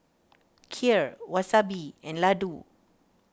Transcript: Kheer Wasabi and Ladoo